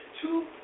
two